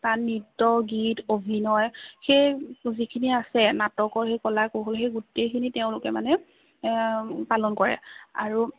তাত নৃত্য গীত অভিনয় সেই যিখিনি আছে সেই নাটকৰ সেই কলা কৌশলী সেই গোটেইখিনি তেওঁলোকে মানে পালন কৰে আৰু